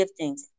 giftings